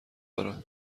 دارم